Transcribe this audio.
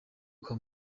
kwa